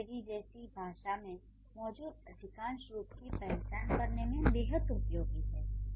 ये अंग्रेजी जैसी भाषा में मौजूद अधिकांश रूपों की पहचान करने में बेहद उपयोगी हैं